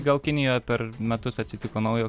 gal kinijoj per metus atsitiko naujo